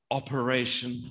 operation